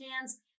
hands